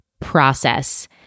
process